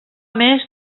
més